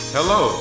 Hello